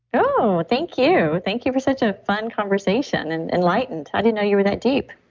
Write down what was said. oh, thank you. thank you for such a fun conversation and enlightened. i didn't know you were that deep